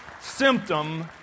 symptom